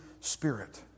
Spirit